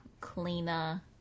cleaner